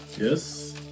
Yes